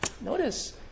notice